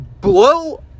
blow